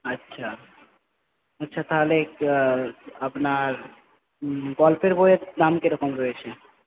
আচ্ছা আচ্ছা তাহলে আপনার গল্পের বইয়ের দাম কিরকম রয়েছে